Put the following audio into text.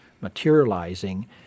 materializing